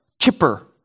chipper